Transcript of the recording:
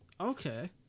Okay